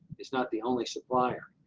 it's not the only supplier.